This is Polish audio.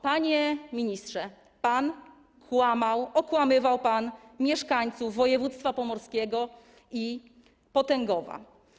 Panie ministrze, pan kłamał, okłamywał pan mieszkańców województwa pomorskiego i Potęgowa.